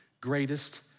greatest